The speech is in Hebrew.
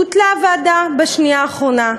בוטלה הוועדה בשנייה האחרונה,